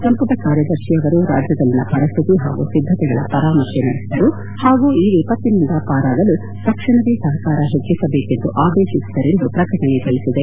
ಸಂಪುಟ ಕಾರ್ಯದರ್ಶಿ ಅವರು ರಾಜ್ಯದಲ್ಲಿನ ಪರಿಸ್ಕಿತಿ ಹಾಗೂ ಸಿದ್ಧತೆಗಳ ಪರಾಮರ್ತೆ ನಡೆಸಿದರು ಹಾಗೂ ಈ ವಿಪತ್ತಿನಿಂದ ಪಾರಾಗಲು ತಕ್ಷಣವೇ ಸಹಕಾರ ಹೆಚ್ಚಿಸಬೇಕೆಂದು ಆದೇಶಿಸಿದರೆಂದು ಪ್ರಕಟಣೆ ತಿಳಿಸಿದೆ